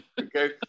okay